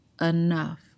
enough